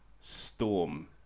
Storm